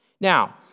Now